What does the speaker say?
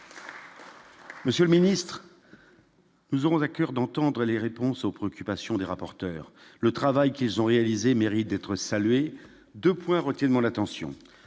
Monsieur le Ministre. Nous aurons à coeur d'entendre les réponses aux préoccupations des rapporteurs, le travail qu'ils ont réalisé, mérite d'être salué 2 points retiendront l'attention